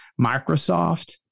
Microsoft